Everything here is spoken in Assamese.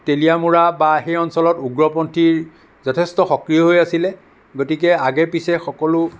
টেলিয়ামৰা বা সেই অঞ্চলত উগ্ৰপন্থীৰ যথেষ্ট সক্ৰিয় হৈ আছিলে গতিকে আগে পিছে সকলো